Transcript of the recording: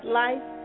life